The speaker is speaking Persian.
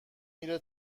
میره